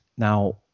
Now